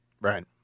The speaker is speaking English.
Right